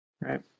right